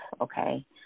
okay